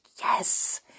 Yes